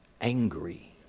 angry